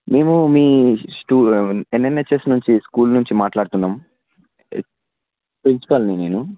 మేము మీ స్టూ ఎన్ఎమ్హెచ్ఎస్ నుంచి స్కూల్ నుంచి మాట్లాడుతున్నాం ప్రిన్సిపల్ని నేను